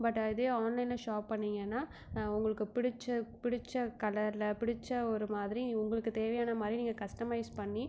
பட்டு இதுவே ஆன்லைனில் ஷாப் பண்ணிங்கன்னால் உங்களுக்கு பிடிச்ச பிடிச்ச கலரில் பிடிச்ச ஒரு மாதிரி உங்களுக்கு தேவையான மாதிரி நீங்கள் கஸ்டமைஸ் பண்ணி